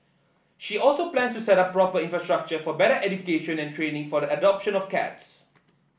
she also plans to set up proper infrastructure for better education and training for the adoption of cats